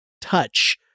touch